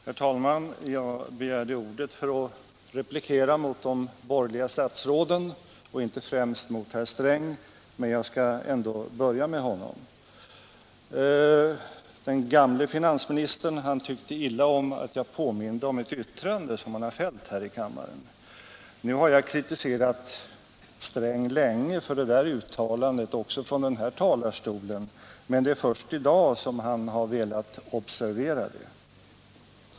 Herr talman! Jag begärde ordet för att tala mot de borgerliga statsråden och inte främst mot herr Sträng, men jag skall ändå börja med honom. Den gamle finansministern tyckte illa om att jag pekade på ett yttrande som han har fällt här i kammaren. Jag har kritiserat Sträng länge — också från den här talarstolen — för det där uttalandet, men det är först i dag som han har velat observera det.